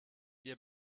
ihr